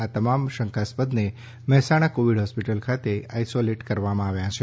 આ તમામ શંકાસ્પદને મહેસાણા કોવિડ હોસ્પિટલ ખાતે આઇસોલેટ કરાયા છે